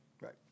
Right